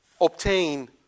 obtain